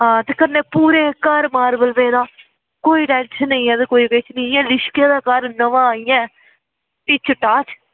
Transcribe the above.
ते कन्नै पूरे घर मॉर्बल पेदा कोई टेंशन निं ऐ ते कोई किश निं ऐ ते इंया पूरा घर नमां जेहा फिट फाट